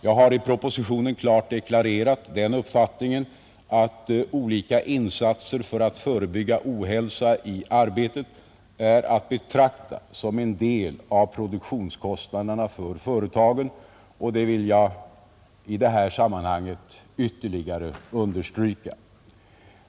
Jag har i propositionen klart deklarerat den uppfattningen att olika insatser för att förebygga ohälsa i arbetet är att betrakta som en del av produktionskost naderna för företagen, och det vill jag i detta sammanhang ytterligare understryka.